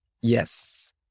Yes